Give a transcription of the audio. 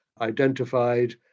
identified